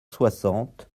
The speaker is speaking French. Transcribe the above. soixante